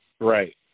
Right